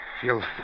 feel